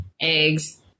eggs